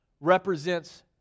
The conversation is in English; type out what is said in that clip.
represents